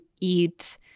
eat